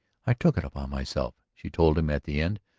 i took it upon myself, she told him at the end.